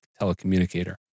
telecommunicator